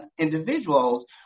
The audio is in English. individuals